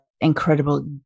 incredible